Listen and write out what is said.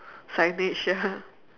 signage ya